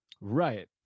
Right